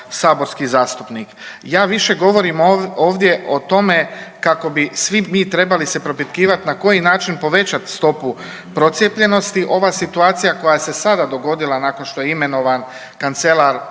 Ja više govorim ovdje o tome kako bi svi mi trebali se propitkivat na koji način povećat stopu procijepljenosti. Ova situacija koja se sada dogodila nakon što je imenovan kancelar